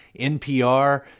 NPR